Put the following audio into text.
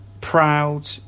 proud